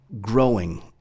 growing